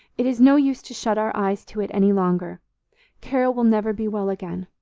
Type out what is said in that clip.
it is no use to shut our eyes to it any longer carol will never be well again.